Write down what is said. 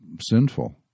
sinful